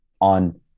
on